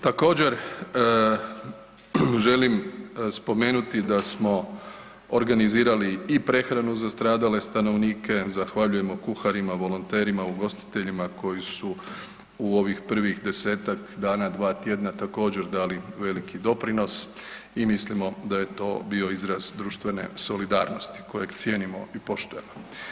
Također želim spomenuti da smo organizirali i prehranu za stradale stanovnike, zahvaljujemo kuharima, volonterima, ugostiteljima koji su u ovih prvih desetak dana, dva tjedna također dali veliki doprinos i mislimo da je to bio izraz društvene solidarnosti kojeg cijenimo i poštujemo.